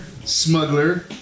smuggler